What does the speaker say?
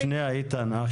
ציינתי את זה